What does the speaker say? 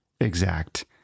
exact